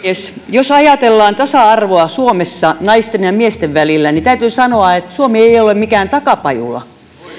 jos ajatellaan tasa arvoa suomessa naisten ja miesten välillä niin täytyy sanoa että suomi ei ei ole mikään takapajula